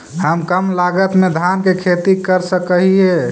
हम कम लागत में धान के खेती कर सकहिय?